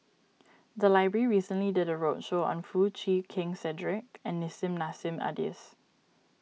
the library recently did a roadshow on Foo Chee Keng Cedric and Nissim Nassim Adis